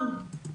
בתחומן.